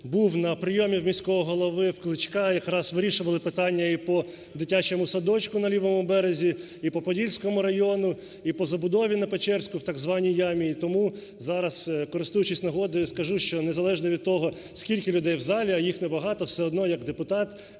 Був на прийомі у міського голови, у Кличка. Якраз вирішували питання і по дитячому садочку на лівому березі, і по Подільському району, і по забудові на Печерську в так званій "ямі". І тому зараз, користуючись нагодою, скажу, що незалежно від того, скільки людей в залі, а їх не багато, все одно як депутат